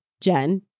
Jen